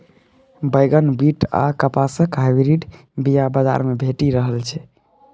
बैगन, बीट आ कपासक हाइब्रिड बीया बजार मे भेटि रहल छै